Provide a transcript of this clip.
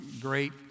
great